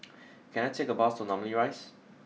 can I take a bus to Namly Rise